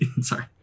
Sorry